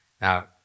Now